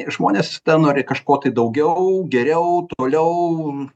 žmonės nori kažko tai daugiau geriau toliau